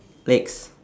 legs